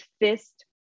fist